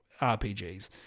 RPGs